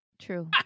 true